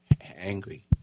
angry